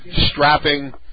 strapping